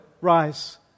rise